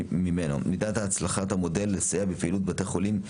מידת הצלחת המודל לסייע בפעילות בתי החולים,